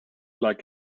like